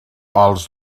els